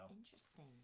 interesting